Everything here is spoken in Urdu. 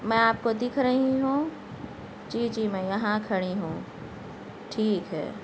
میں آپ کو دکھ رہی ہوں جی جی میں یہاں کھڑی ہوں ٹھیک ہے